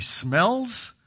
smells